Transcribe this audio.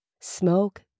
Smoke